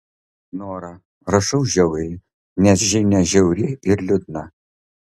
nora rašau žiauriai nes žinia žiauri ir liūdna